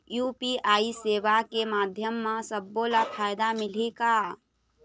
UPI सेवा के माध्यम म सब्बो ला फायदा मिलही का?